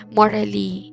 morally